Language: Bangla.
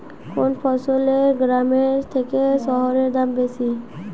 কোন ফসলের গ্রামের থেকে শহরে দাম বেশি?